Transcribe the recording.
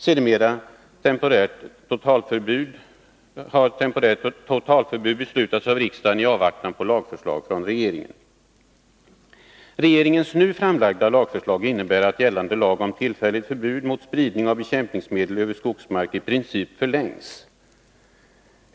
Sedermera har riksdagen beslutat om temporärt totalförbud i avvaktan på lagförslag från regeringen.